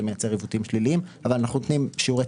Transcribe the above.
זה מייצר עיוותים שליליים אבל אנחנו נותנים שיעורי